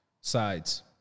sides